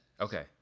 Okay